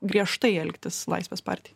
griežtai elgtis laisvės partijai